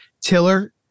Tiller